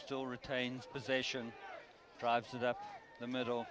still retains position drives it up the middle